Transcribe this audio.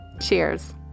Cheers